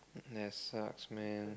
that sucks man